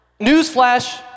Newsflash